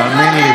תאמין לי,